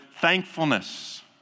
thankfulness